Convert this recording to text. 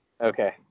okay